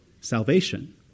salvation